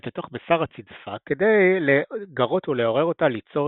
לתוך בשר הצדפה כדי לגרות ולעורר אותה ליצור